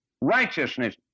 righteousness